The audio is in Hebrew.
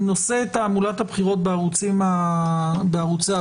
נושא תעמולת הבחירות בערוצי הברודקאסט.